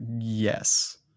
Yes